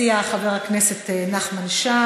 ואני מוסיפה את חבר הכנסת נחמן שי,